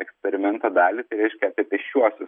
eksperimento dalį tai reiškia apie pėsčiuosius